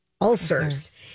ulcers